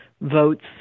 votes